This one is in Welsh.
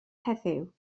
heddiw